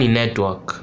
network